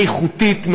איכותית,